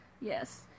Yes